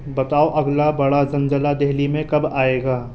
بتاؤ اگلا بڑا زلزلہ دہلی میں کب آئے گا